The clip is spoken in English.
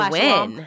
win